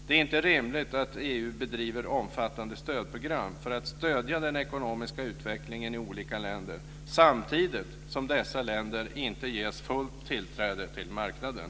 Det är inte rimligt att EU bedriver omfattande stödprogram för att stödja den ekonomiska utvecklingen i olika länder samtidigt som dessa länder inte ges fullt tillträde till marknaden.